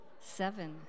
seven